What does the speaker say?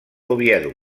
oviedo